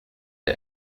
der